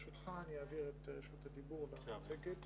ברשותך, אני אעביר את רשות הדיבור למציג המצגת